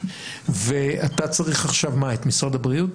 אתה צריך עכשיו מה, את משרד הבריאות?